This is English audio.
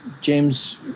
James